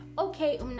okay